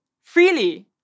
freely